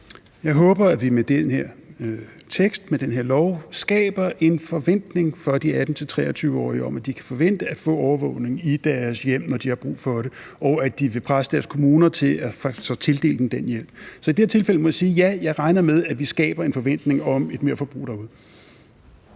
den her tekst, med den her lov, skaber en forventning for de 18-23-årige om, at de kan forvente at få overvågning i deres hjem, når de har brug for det, og at de vil presse deres kommuner til at tildele dem den hjælp. Så i det her tilfælde må jeg sige, at ja, jeg regner med, at vi skaber en forventning om et merforbrug derude.